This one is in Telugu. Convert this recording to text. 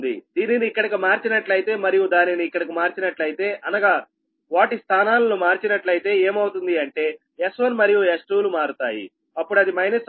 దీనిని ఇక్కడికి మార్చినట్లయితే మరియు దానిని ఇక్కడికి మార్చినట్లయితే అనగా వాటి స్థానాలను మార్చినట్లయితే ఏమవుతుంది అంటే S1 మరియు S2 లు మారుతాయిఅప్పుడు అది మైనస్ అవుతుంది